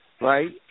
right